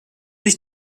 sich